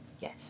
Yes